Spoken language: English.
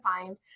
find